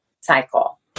cycle